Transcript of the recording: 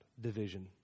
division